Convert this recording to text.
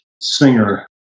singer